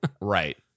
right